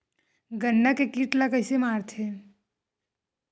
गन्ना के कीट ला कइसे मारथे?